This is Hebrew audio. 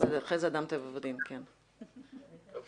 דב